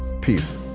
peace